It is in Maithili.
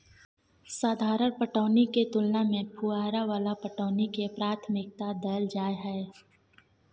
साधारण पटौनी के तुलना में फुहारा वाला पटौनी के प्राथमिकता दैल जाय हय